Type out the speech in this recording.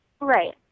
right